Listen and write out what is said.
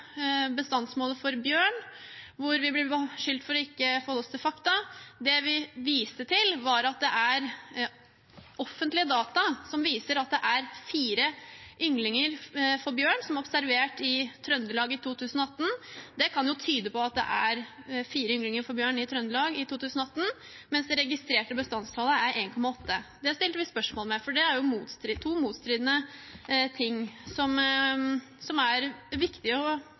bestandsmålet for bjørn, hvor vi ble beskyldt for ikke å holde oss til fakta. Det vi viste til, var at det er offentlige data som viser at det er fire ynglinger for bjørn som er observert i Trøndelag i 2018. Det kan jo tyde på at det er fire ynglinger for bjørn i Trøndelag i 2018, mens det registrerte bestandstallet er 1,8. Det stilte vi spørsmål ved, for det er jo to motstridende ting, som er